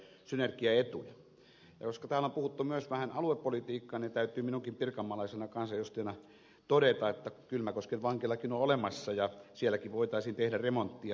koska täällä on puhuttu myös vähän aluepolitiikkaa niin täytyy minunkin pirkanmaalaisena kansanedustajana todeta että kylmäkosken vankilakin on olemassa ja sielläkin voitaisiin tehdä remonttia